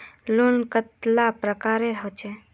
Loan कतेला प्रकारेर होचे?